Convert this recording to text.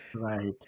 Right